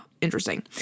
interesting